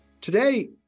Today